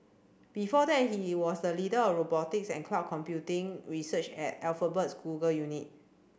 before that he was the leader of robotics and cloud computing research at Alphabet's Google unit